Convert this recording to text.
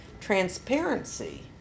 transparency